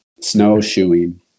Snowshoeing